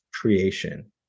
creation